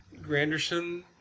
Granderson